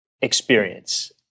experience